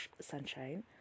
sunshine